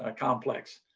ah complex.